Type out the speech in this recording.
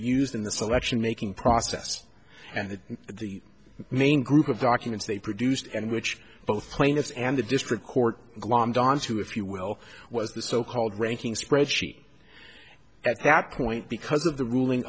used in the selection making process and the main group of documents they produced and which both plaintiffs and the district court glom dons who if you will was the so called ranking spreadsheet at that point because of the ruling